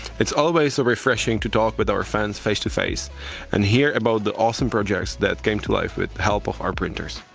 it's always so refreshing to talk with our fans face to face and hear about the awesome projects that came to life with the help of our printers.